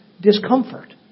discomfort